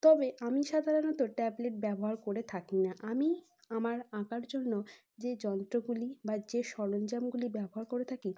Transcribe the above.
তবে আমি সাধারণত ট্যাবলেট ব্যবহার করে থাকি না আমি আমার আঁকার জন্য যে যন্ত্রগুলি বা যে সরঞ্জামগুলি ব্যবহার করে থাকি